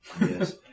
Yes